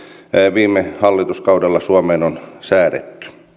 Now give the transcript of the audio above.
viime hallituskaudella suomeen on säädetty